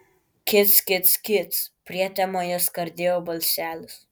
kic kic kic prietemoje skardėjo balselis